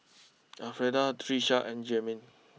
Alfreda Tisha and Jermain